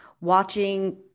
watching